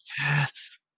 Yes